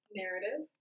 narrative